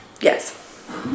yes